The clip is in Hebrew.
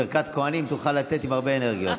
ברכת כוהנים תוכל לתת עם הרבה אנרגיה.